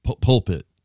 pulpit